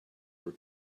were